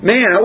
Man